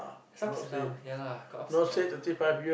it's ups and down ya lah got ups and down lah